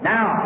Now